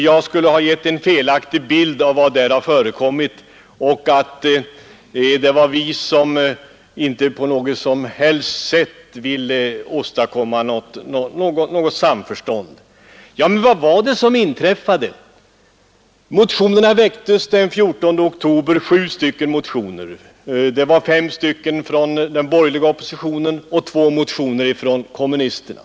Jag skulle ha givit en felaktig bild av vad som förekommit i utskottet, och vi skulle inte på något som helst sätt ha velat åstadkomma samförstånd. Vad var det då som inträffade? Den 14 oktober väcktes sju motioner, fem motioner från den borgerliga oppositionen och två motioner från vänsterpartiet kommunisterna.